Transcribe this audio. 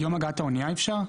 יום הגעת האונייה אפשר?